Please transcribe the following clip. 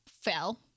fell